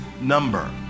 number